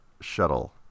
shuttle